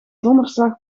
donderslag